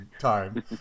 time